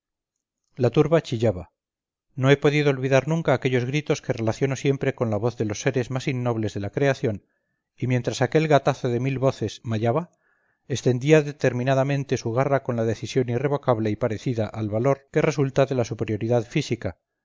la turba chillaba no he podido olvidar nunca aquellos gritos que relaciono siempre con la voz de los seres más innobles de la creación y mientras aquel gatazo de mil voces mayaba extendía determinadamente su garra con la decisión irrevocable y parecida al valor que resulta de la superioridad física